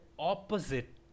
opposite